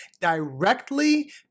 directly